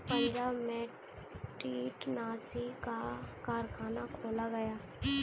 पंजाब में कीटनाशी का कारख़ाना खोला जाएगा